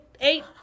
eight